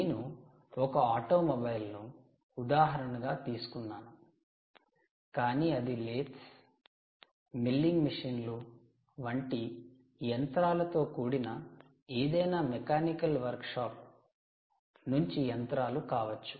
నేను ఒక ఆటోమొబైల్ను ఉదాహరణగా తీసుకున్నాను కాని ఇది లేత్స్ మిల్లింగ్ మెషీన్లు వంటి యంత్రాలతో కూడిన ఏదైనా మెకానికల్ వర్క్షాప్ నుంచి యంత్రాలు కావచ్చు